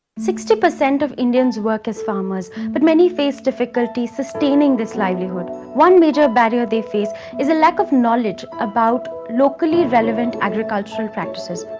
sixty percent of indians work as farmers, but many face difficulty sustaining this livelihood. one major barrier they face is a lack of knowledge about locally agricultural practices.